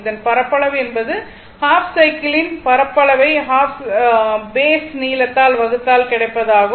இதன் பரப்பளவு என்பது ஹாஃப் சைக்கிளின் பரப்பளவை ஹாஃப் சைக்கிளின் பேஸ் நீளத்தால் வகுத்தால் கிடைப்பதாகும்